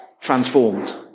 transformed